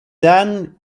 dan